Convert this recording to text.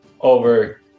over